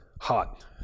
Hot